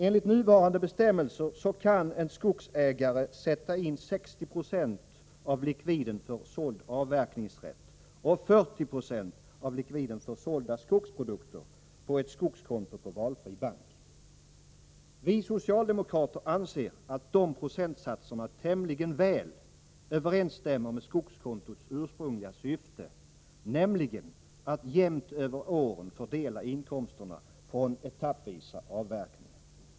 Enligt nuvarande bestämmelser kan en skogsägare sätta in 60 96 av likviden för såld avverkningsrätt och 40 96 av likviden för sålda skogsprodukter på ett skogskonto på valfri bank. Vi socialdemokrater anser att de procentsatserna tämligen väl överensstämmer med skogskontots ursprungliga syfte, nämligen att jämnt över åren fördela inkomsterna från etappvisa avverkningar.